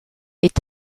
est